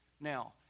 Now